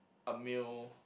a meal